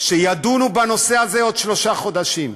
שידונו בנושא הזה בעוד שלושה חודשים.